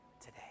today